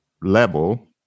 level